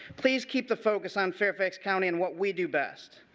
please keep the focus on fairfax county and what we do best.